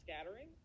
scattering